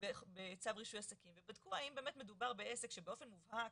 בצו רישוי עסקים ובדקו האם באמת מדובר בעסק שבאופן מועט,